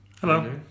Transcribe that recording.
Hello